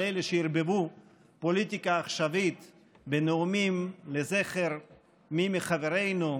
על אלה שערבבו פוליטיקה עכשווית בנאומים לזכר מי מחברינו,